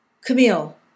Camille